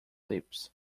lips